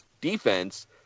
defense—